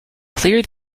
clear